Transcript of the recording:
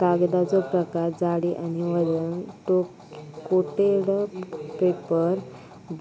कागदाचो प्रकार जाडी आणि वजन कोटेड पेपर